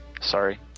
sorry